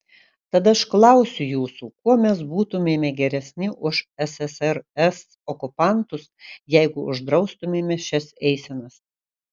tad aš klausiu jūsų kuo mes būtumėme geresni už ssrs okupantus jeigu uždraustumėme šias eisenas